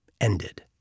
ended